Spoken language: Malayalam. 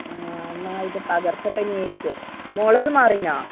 ആ എന്നാൽ ഇത് പകർച്ച പനി ആയിരിക്കും മോളുടേത് മാറീനാ